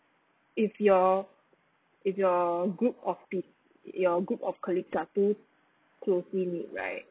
if your if your group of peo~ your group of colleagues are too close knit right